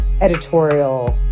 editorial